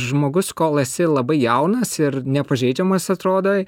žmogus kol esi labai jaunas ir nepažeidžiamas atrodai